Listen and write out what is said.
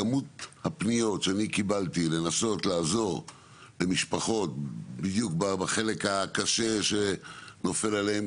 כמות הפניות שאני קיבלתי לנסות לעזור למשפחות בדיוק בחלק הקשה שנופל עליהם